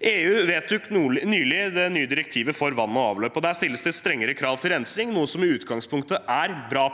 EU vedtok nylig det nye direktivet for vann og avløp, og der stilles det strengere krav til rensing, noe som i utgangspunktet er bra.